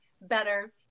better